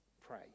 Pray